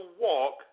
walk